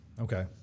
Okay